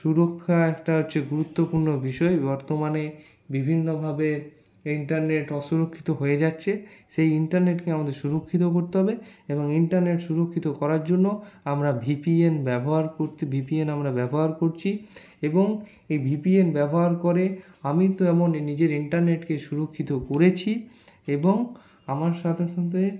সুরক্ষা একটা হচ্ছে গুরুত্বপূর্ণ বিষয় বর্তমানে বিভিন্ন ভাবে ইন্টারনেট অসুরক্ষিত হয়ে যাচ্ছে সেই ইন্টারনেটকে আমাদের সুরক্ষিত করতে হবে এবং ইন্টারনেট সুরক্ষিত করার জন্য আমরা ভিপিএন ব্যবহার করতে ভিপিএন আমরা ব্যবহার করছি এবং এই ভিপিএন ব্যবহার করে আমি তো এমনই নিজের ইন্টারনেটকে সুরক্ষিত করেছি এবং আমার সাথে সাথে